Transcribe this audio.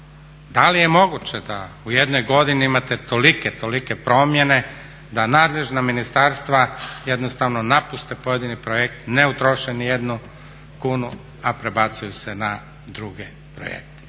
Da li je moguće da u jednoj godini imate tolike, tolike promjene da nadležna ministarstva jednostavno napuste pojedini projekt, ne utroše niti jednu kunu, a prebacuju se na druge projekte.